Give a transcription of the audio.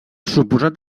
suposat